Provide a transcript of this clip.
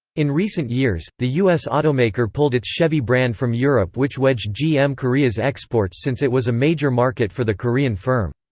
in recent years, the us automaker pulled its chevy brand from europe which wedged gm korea's exports since it was a major market market for the korean firm.